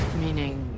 Meaning